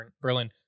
Berlin